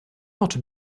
not